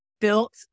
built